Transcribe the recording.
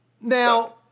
Now